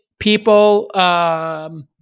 people